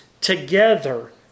together